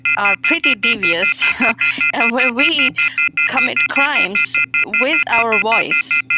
are pretty devious of where we commit crimes with our voice.